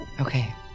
Okay